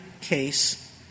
case